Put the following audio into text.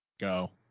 Go